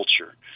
culture